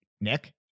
Nick